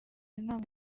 inama